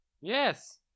Yes